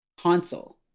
console